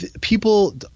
People